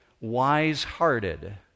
wise-hearted